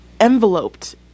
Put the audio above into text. enveloped